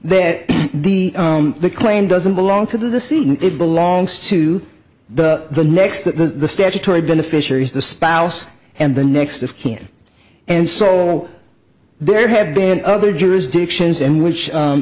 that the the claim doesn't belong to the c it belongs to the the next the statutory beneficiaries the spouse and the next of kin and so there have been other jurisdictions and which